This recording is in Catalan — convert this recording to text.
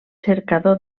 cercador